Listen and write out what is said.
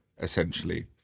essentially